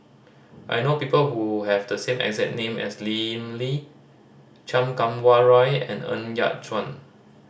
I know people who have the same exact name as Lim Lee Chan Kum Wah Roy and Ng Yat Chuan